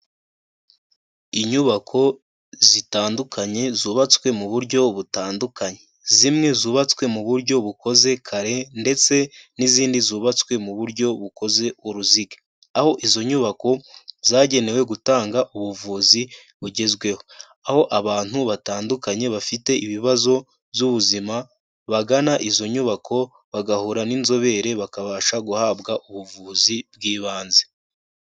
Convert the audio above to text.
Inyubako zitandukanye zubatswe mu buryo butandukanye. Zimwe zubatswe mu buryo bukoze kare ndetse n'izindi zubatswe mu buryo bukoze uruziga. Aho izo nyubako, zagenewe gutanga ubuvuzi bugezweho. Aho abantu batandukanye bafite ibibazo z'ubuzima, bagana izo nyubako, bagahura n'inzobere, bakabasha guhabwa ubuvuzi bw'ibanze.